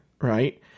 right